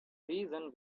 reason